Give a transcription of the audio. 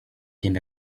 him